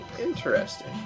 interesting